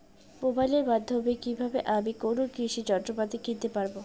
মোবাইলের মাধ্যমে কীভাবে আমি কোনো কৃষি যন্ত্রপাতি কিনতে পারবো?